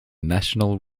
national